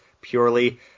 purely